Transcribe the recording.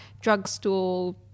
drugstore